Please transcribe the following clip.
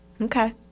Okay